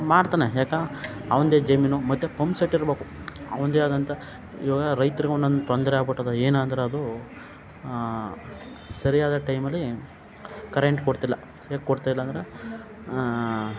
ಮಾಡ್ತಾನೆ ಯಾಕೆ ಅವ್ನದೇ ಜಮೀನು ಮತ್ತು ಪಂಪ್ ಸೆಟ್ ಇರ್ಬೇಕು ಅವಂದೇ ಆದಂಥ ಇವಾಗ ರೈತ್ರಿಗೆ ಒಂದೊಂದು ತೊಂದರೆ ಆಗ್ಬಿಟ್ಟದೆ ಏನಂದ್ರ ಅದು ಸರಿಯಾದ ಟೈಮಲ್ಲಿ ಕರೆಂಟ್ ಕೊಡ್ತಿಲ್ಲ ಯಾಕೆ ಕೊಡ್ತಾಯಿಲ್ಲ ಅಂದ್ರೆ